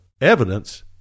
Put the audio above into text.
evidence